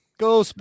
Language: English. Go